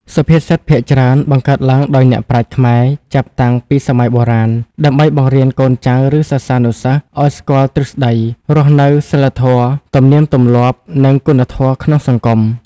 សុភាសិតភាគច្រើនបង្កើតឡើងដោយអ្នកប្រាជ្ញខ្មែរចាប់តាំងពីសម័យបុរាណដើម្បីបង្រៀនកូនចៅឬសិស្សានុសិស្សឲ្យស្គាល់ទ្រឹស្តីរស់នៅសីលធម៌ទំនៀមទម្លាប់និងគុណធម៌ក្នុងសង្គម។